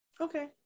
okay